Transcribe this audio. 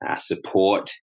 support